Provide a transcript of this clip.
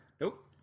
Nope